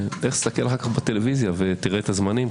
תסתכל על הטלוויזיה ותראה את הזמנים.